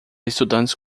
estudantes